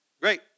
Great